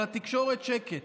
אבל בתקשורת שקט.